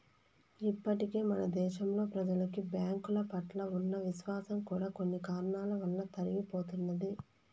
ఇప్పటికే మన దేశంలో ప్రెజలకి బ్యాంకుల పట్ల ఉన్న విశ్వాసం కూడా కొన్ని కారణాల వలన తరిగిపోతున్నది